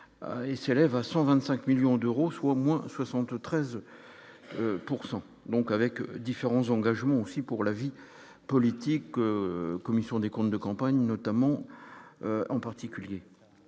ici élève à 125 millions d'euros, soit moins 73 pourcent donc avec différents engagements aussi pour la vie politique, commission des comptes de campagne notamment, en particulier